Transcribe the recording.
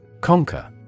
Conquer